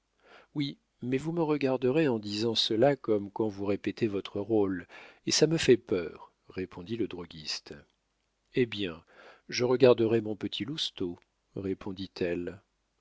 oui mais vous me regardez en disant cela comme quand vous répétez votre rôle et ça me fait peur répondit le droguiste hé bien je regarderai mon petit